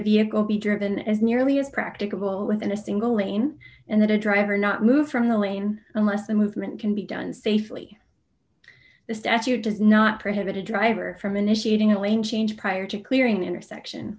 vehicle be driven as nearly as practicable within a single lane and the driver not moved from the lane unless the movement can be done safely the statute does not prohibit a driver from initiating a lane change prior to clearing the intersection